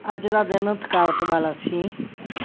ਅੱਜ ਦਾ ਦਿਨ ਥਕਾਵਟ ਵਾਲਾ ਸੀ